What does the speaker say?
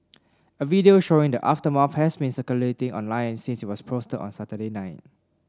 a video showing the aftermath has been circulating online since it was posted on Saturday night